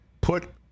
put